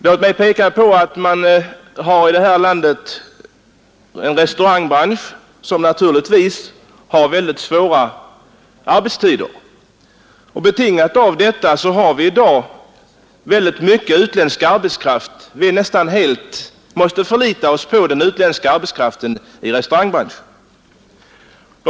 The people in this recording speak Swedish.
Låt mig peka på att man i detta land har en restaurangbransch som naturligtvis har mycket svåra arbetstider, vilket medför att vi i dag har mycket utländsk arbetskraft där. Vi måste nästan helt lita till den utländska arbetskraften i restaurangbranschen.